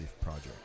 Project